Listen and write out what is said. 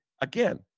again